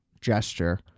gesture